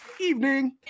evening